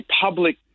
public